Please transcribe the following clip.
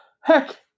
Heck